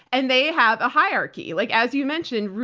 and they have a hierarchy. like as you mentioned,